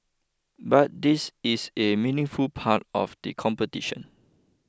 But this is a meaningful part of the competition